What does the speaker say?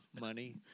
Money